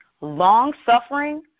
long-suffering